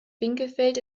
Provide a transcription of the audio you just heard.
winkelfeld